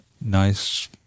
nice